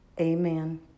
Amen